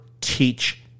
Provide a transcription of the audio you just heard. teach